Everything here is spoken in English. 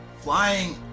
flying